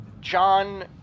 John